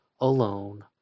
alone